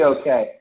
okay